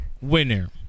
winner